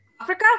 Africa